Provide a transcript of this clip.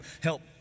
help